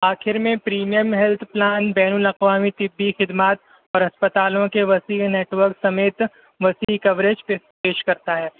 آخر میں premium health plan بین الاقوامی طبی خدمات اور ہسپتالوں کے وسیع نیٹورک سمیت وسیع کوریج پیش کرتا ہے